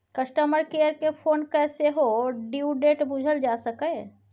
customer care केँ phone कए सेहो ड्यु डेट बुझल जा सकैए